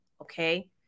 okay